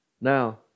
Now